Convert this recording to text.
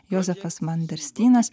jozefas manderstynas